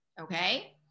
okay